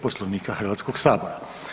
Poslovnika Hrvatskog sabora.